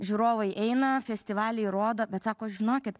žiūrovai eina festivaliai rodo bet sako žinokit